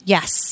Yes